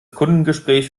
kundengespräch